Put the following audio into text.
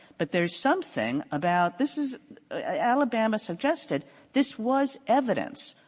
but there's something about this is alabama suggested this was evidence.